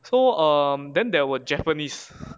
so um then there were japanese